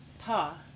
pa